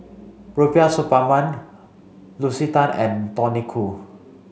Rubiah Suparman Lucy Tan and Tony Khoo